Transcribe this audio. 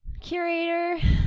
curator